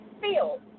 feel